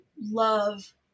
love